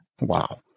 Wow